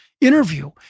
interview